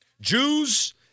Jews